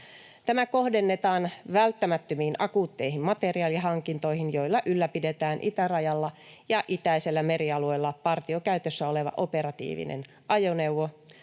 Tämä kohdennetaan välttämättömiin, akuutteihin materiaalihankintoihin, joilla ylläpidetään itärajalla ja itäisellä merialueella partiokäytössä oleva operatiivinen ajoneuvo-,